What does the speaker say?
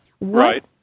Right